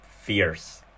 fierce